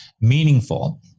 meaningful